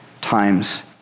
times